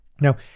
Now